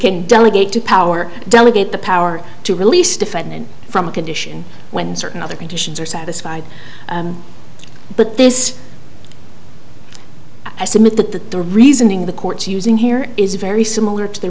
can delegate to power delegate the power to release defendant from a condition when certain other conditions are satisfied but this i submit that that the reasoning the court's using here is very similar to the